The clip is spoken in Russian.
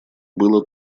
было